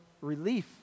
relief